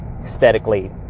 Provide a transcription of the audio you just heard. aesthetically